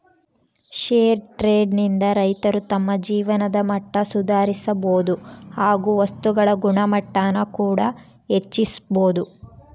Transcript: fair trade ನಿಂದ ರೈತರು ತಮ್ಮ ಜೀವನದ ಮಟ್ಟ ಸುಧಾರಿಸಬೋದು ಹಾಗು ವಸ್ತುಗಳ ಗುಣಮಟ್ಟಾನ ಕೂಡ ಹೆಚ್ಚಿಸ್ಬೋದು